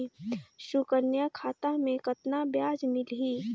सुकन्या खाता मे कतना ब्याज मिलही?